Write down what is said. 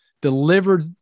delivered